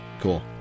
Cool